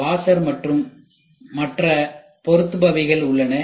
வாசர் மற்றும் மற்ற பொறுத்துப்பவைகள் உள்ளன